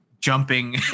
jumping